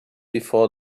before